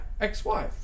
ex-wife